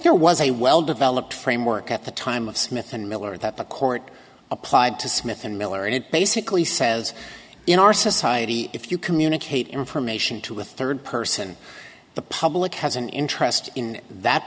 there was a well developed framework at the time of smith and miller and that the court applied to smith and miller and it basically says in our society if you communicate information to a third person the public has an interest in that